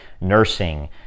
Nursing